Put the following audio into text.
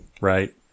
Right